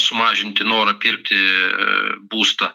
sumažinti norą pirkti būstą